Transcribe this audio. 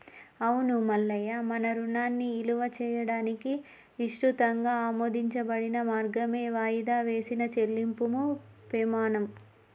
అవును మల్లయ్య మన రుణాన్ని ఇలువ చేయడానికి ఇసృతంగా ఆమోదించబడిన మార్గమే వాయిదా వేసిన చెల్లింపుము పెమాణం